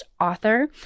author